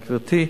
גברתי,